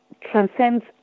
transcends